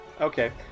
Okay